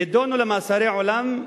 נידונו למאסרי עולם,